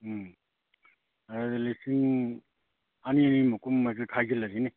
ꯎꯝ ꯑꯗꯨꯗꯤ ꯂꯤꯁꯤꯡ ꯑꯅꯤ ꯑꯅꯤ ꯃꯨꯛ ꯀꯨꯝꯕꯗꯨ ꯈꯥꯏꯖꯤꯜꯂꯁꯤꯅꯦ